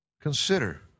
consider